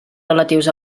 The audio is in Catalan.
relatius